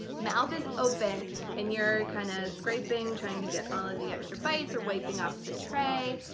mouth is open and you're kind of scraping, trying to get all of the extra bites or wiping off the tray.